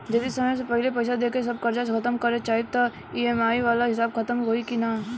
जदी समय से पहिले पईसा देके सब कर्जा खतम करे के चाही त ई.एम.आई वाला हिसाब खतम होइकी ना?